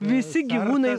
visi gyvūnai